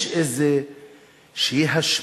יש איזו השמצה,